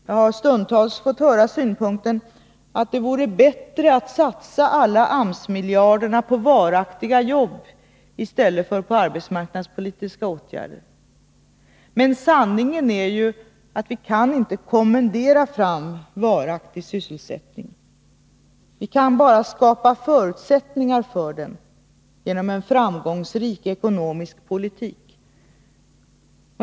Jag har stundtals fått höra synpunkten att det vore bättre att satsa alla AMS-miljarderna på varaktiga jobb i stället för på arbetsmarknadspolitiska åtgärder. Men sanningen är ju att vi inte kan kommendera fram varaktig sysselsättning. Vi kan bara skapa förutsättningar för den genom en framgångsrik ekonomisk politik.